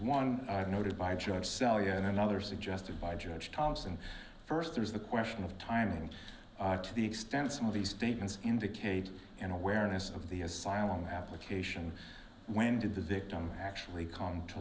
one noted by judge sell yet another suggested by judge thomas and first there's the question of timing to the extent some of these statements indicate an awareness of the asylum application when did the victim actually come to